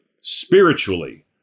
spiritually